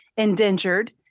indentured